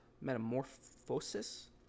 Metamorphosis